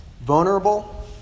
vulnerable